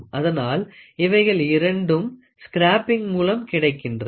அதனால் இவைகள் இரண்டும் ஸ்க்ரராப்பிங் மூலம் கிடைக்கின்றது